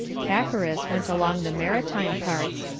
pacorus went along the maritime parts,